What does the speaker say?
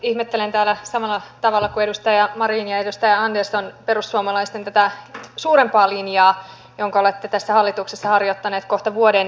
ihmettelen täällä samalla tavalla kuin edustaja marin ja edustaja andersson perussuomalaisten tätä suurempaa linjaa jota olette tässä hallituksessa harjoittaneet kohta vuoden verran